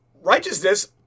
righteousness